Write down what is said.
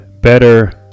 better